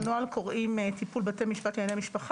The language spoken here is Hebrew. לנוהל קוראים טיפול בתי משפט לענייני משפחה